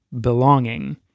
belonging